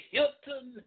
Hilton